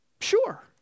Sure